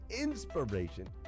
inspiration